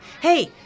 hey